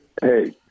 Hey